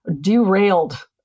derailed